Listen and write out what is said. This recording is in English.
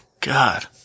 God